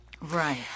Right